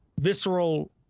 visceral